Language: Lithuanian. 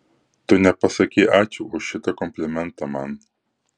tu nepasakei ačiū už šitą komplimentą man